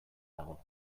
nago